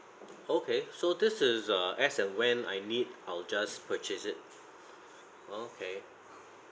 okay so this is a as and when I need I'll just purchase it okay